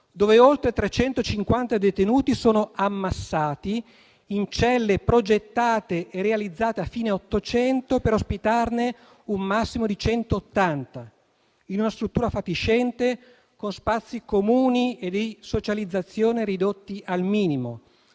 dove oltre 350 detenuti sono ammassati in celle progettate e realizzate a fine Ottocento per ospitarne un massimo di 180, in una struttura fatiscente, con spazi comuni e di socializzazione ridotti al minimo.